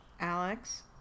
Alex